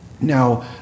Now